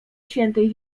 świętej